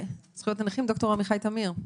ד"ר עמיחי תמיר,